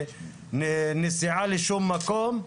ונסיעה לשום מקום,